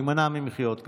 להימנע ממחיאות כפיים.